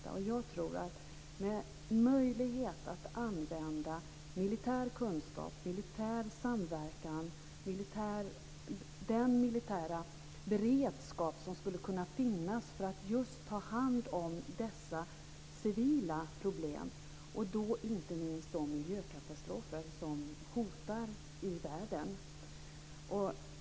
Jag tror att det skulle finnas möjlighet att använda militär kunskap, militär samverkan och den militära beredskap som kan finnas för att ta hand om just dessa civila problem, inte minst de miljökatastrofer som hotar i världen.